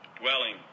dwelling